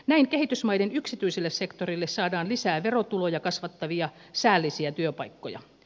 näin kehitysmaiden yksityiselle sektorille saadaan lisää verotuloja kasvattavia säällisiä työpaikkoja